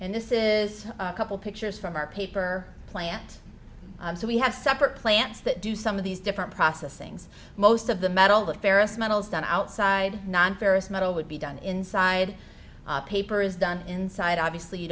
and this is a couple pictures from our paper plant so we have separate plants that do some of these different process things most of the metal the ferrous metals done outside non ferrous metal would be done inside paper is done inside obviously you